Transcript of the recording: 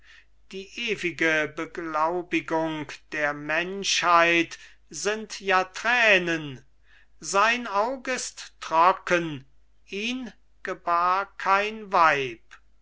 die ewige beglaubigung der menschheit sind ja tränen sein aug ist trocken ihn gebar kein weib